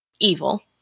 evil